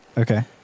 okay